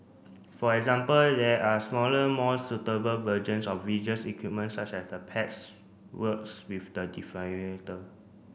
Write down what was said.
for example there are smaller more suitable versions of equipment such as the pads works with the